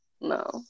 No